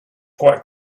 quite